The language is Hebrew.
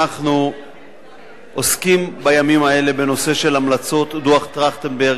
בימים האלה אנחנו עוסקים בנושא של המלצות דוח-טרכטנברג,